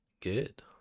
good